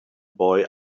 boy